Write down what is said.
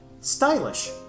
Stylish